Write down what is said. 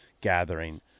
gathering